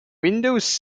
windows